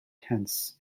tense